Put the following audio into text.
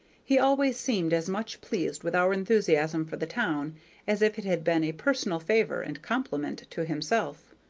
he always seemed as much pleased with our enthusiasm for the town as if it had been a personal favor and compliment to himself.